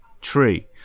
tree